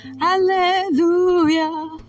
Hallelujah